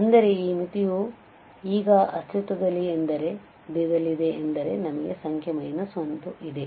ಅಂದರೆ ಈ ಮಿತಿಯು ಈಗ ಅಸ್ತಿತ್ವದಲ್ಲಿದೆ ಎಂದರೆ ನಮಗೆ ಸಂಖ್ಯೆ 1 ಇದೆ